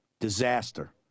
Disaster